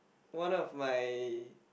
one of my